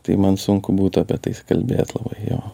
tai man sunku būtų apie tai kalbėt labai jo